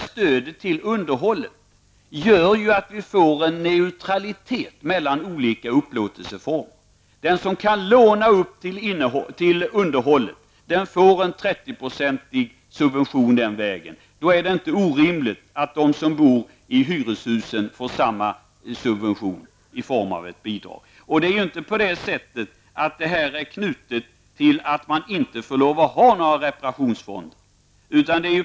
Stödet till underhållet gör att vi får en neutralitet mellan olika upplåtelseformer. Den som kan låna till underhållet får en 30-procentig subvention den vägen. Då är det inte orimligt att de som bor i hyreshus får samma subvention i form av ett bidrag. Detta är ju inte knutet till att man inte får ha några reparationsfonder.